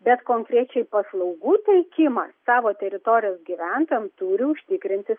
bet konkrečiai paslaugų teikimą savo teritorijos gyventojams turi užtikrinti